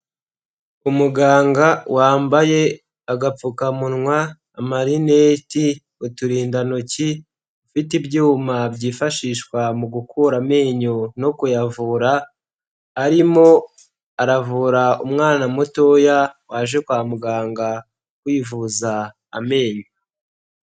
Umuganga wambaye agapfukamunwa, amarinete, uturindantoki, ufite ibyuma byifashishwa mu gukura amenyo no kuyavura, arimo aravura umwana mutoya waje kwa muganga kwivuza amenyo.